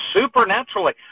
supernaturally